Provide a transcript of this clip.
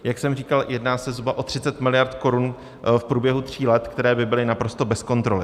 Jak jsem říkal, jedná se zhruba o 30 miliard korun v průběhu tří let, které by byly naprosto bez kontroly.